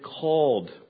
called